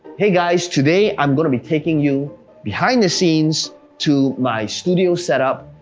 hey guys, today i'm gonna be taking you behind the scenes to my studio setup,